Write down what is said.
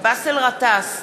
באסל גטאס,